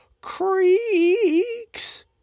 creaks